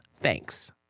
Thanks